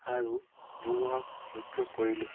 আৰু ধুমুহাক সহ্য কৰিলোঁ